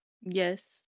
Yes